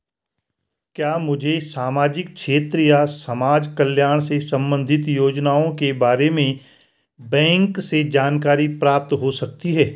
क्या मुझे सामाजिक क्षेत्र या समाजकल्याण से संबंधित योजनाओं के बारे में बैंक से जानकारी प्राप्त हो सकती है?